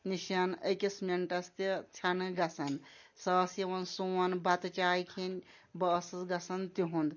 نِش أکِس مِنٹَس تہِ ژھٮ۪نہٕ گژھان سۄ ٲس یِوان سون بَتہٕ چاے کھیٚنۍ بہٕ ٲسٕس گژھان تِہُنٛد